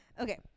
Okay